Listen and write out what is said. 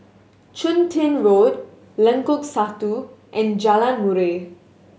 Chun Tin Road Lengkok Satu and Jalan Murai